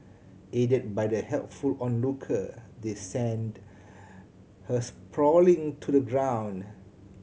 aided by the helpful onlooker they send her sprawling to the ground